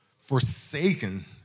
Forsaken